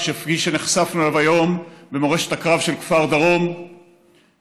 כפי שנחשפנו אליו היום במורשת הקרב של כפר דרום בתש"ח,